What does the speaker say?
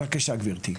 בבקשה גברתי.